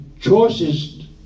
choices